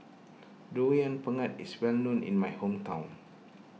Durian Pengat is well known in my hometown